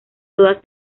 todas